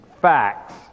facts